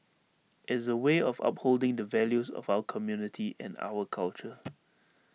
is A way of upholding the values of our community and our culture